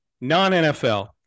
non-NFL